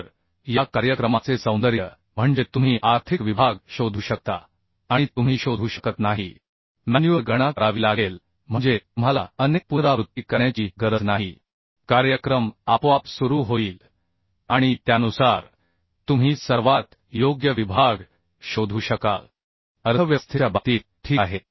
तर या कार्यक्रमाचे सौंदर्य म्हणजे तुम्ही आर्थिक विभाग शोधू शकता आणि तुम्ही शोधू शकत नाही मॅन्युअल गणना करावी लागेल म्हणजे तुम्हाला अनेक पुनरावृत्ती करण्याची गरज नाहीकार्यक्रम आपोआप सुरू होईल आणि त्यानुसार तुम्ही सर्वात योग्य विभाग शोधू शकाल अर्थव्यवस्थेच्या बाबतीत ठीक आहे